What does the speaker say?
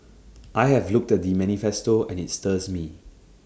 I have looked the manifesto and IT stirs me